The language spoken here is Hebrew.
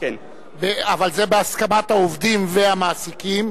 אבל זה בהסכמת העובדים והמעסיקים.